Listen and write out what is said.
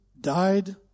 died